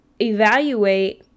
evaluate